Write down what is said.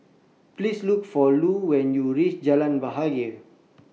Please Look For Lu when YOU REACH Jalan Bahagia